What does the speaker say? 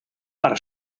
para